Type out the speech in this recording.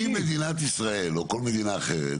אם מדינת ישראל או כל מדינה אחרת,